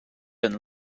and